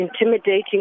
intimidating